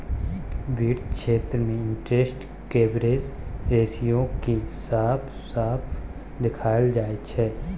वित्त क्षेत्र मे इंटरेस्ट कवरेज रेशियो केँ साफ साफ देखाएल जाइ छै